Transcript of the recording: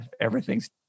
everything's